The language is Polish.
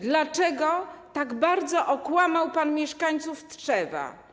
Dlaczego tak bardzo okłamał pan mieszkańców Tczewa?